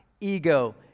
ego